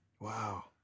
Wow